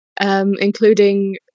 including